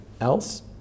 else